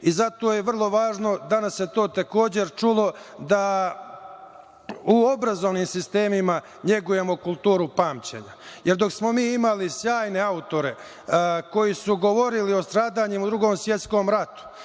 svet. Zato je vrlo važno, danas se to takođe čulo, da u obrazovnim sistemima negujemo kulturu pamćenja, jer dok smo mi imali sjajne autore koji su govorili o stradanjima u Drugom svetskom ratu,